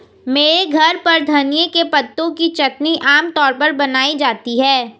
मेरे घर पर धनिए के पत्तों की चटनी आम तौर पर बनाई जाती है